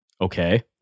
Okay